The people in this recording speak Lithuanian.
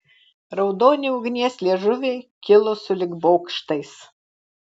raudoni ugnies liežuviai kilo sulig bokštais